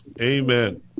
Amen